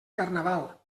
carnaval